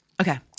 Okay